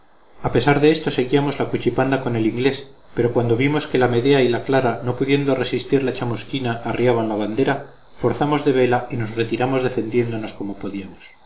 a pesar de esto seguíamos la cuchipanda con el inglés pero cuando vimos que la medea y la clara no pudiendo resistir la chamusquina arriaban bandera forzamos de vela y nos retiramos defendiéndonos como podíamos